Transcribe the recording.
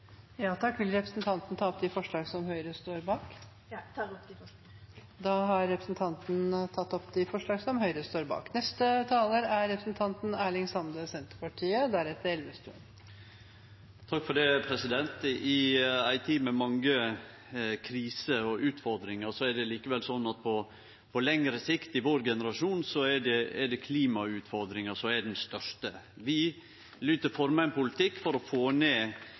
opp de forslag som Høyre står bak. Representanten Charlotte Spurkeland har tatt opp de forslagene hun refererte til. I ei tid med mange kriser og utfordringar er det likevel sånn at på lengre sikt i vår generasjon er det klimautfordringa som er den største. Vi lyt forme ein politikk for å få ned